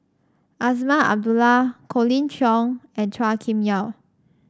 Azman Abdullah Colin Cheong and Chua Kim Yeow